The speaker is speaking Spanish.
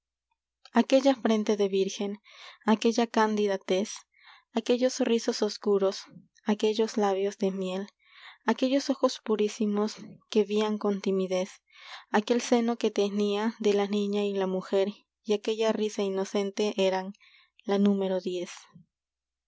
ifquella frente de virgen qy y aquella cándida tez aquellos rizos oscuros aquellos labios de miel aquellos ojos purísimos que vían con timidez tenía aquel seno que de la niña y y la mujer aquella risa inocente la número